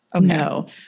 No